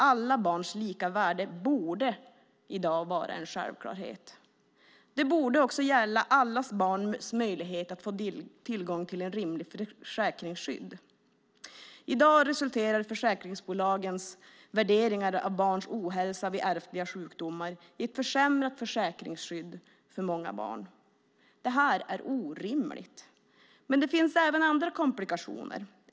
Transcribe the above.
Alla barns lika värde borde i dag vara en självklarhet. Det borde också gälla alla barns möjligheter att få tillgång till ett rimligt försäkringsskydd. I dag resulterar försäkringsbolagens värderingar av barns ohälsa vid ärftliga sjukdomar i ett försämrat försäkringsskydd för många barn. Det är orimligt. Men det finns även andra komplikationer.